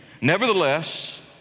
nevertheless